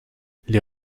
les